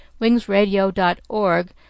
wingsradio.org